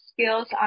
skills